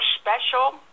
special